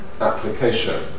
application